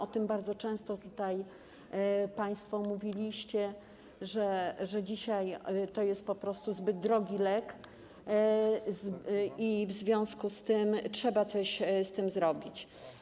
O tym bardzo często tutaj państwo mówiliście, o tym, że dzisiaj to jest po prostu zbyt drogi lek i w związku z tym trzeba coś z tym zrobić.